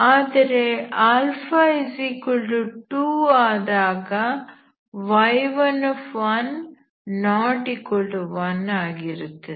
ಆದರೆ α 2 ಆದಾಗ y1 ≠1 ಆಗಿರುತ್ತದೆ